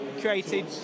created